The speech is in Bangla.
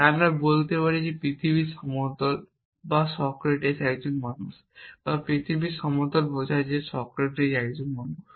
তাই আমরা বলতে পারি পৃথিবী সমতল বা সক্রেটিস একজন মানুষ বা পৃথিবী সমতল বোঝায় যে সক্রেটিস একজন মানুষ